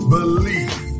Believe